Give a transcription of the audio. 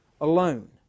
alone